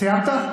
סיימת?